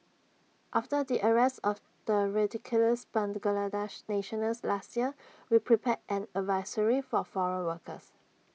after the arrest of the radicalised Bangladeshi nationals last year we prepared an advisory for foreign workers